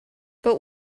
but